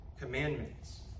commandments